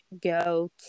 go